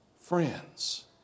friends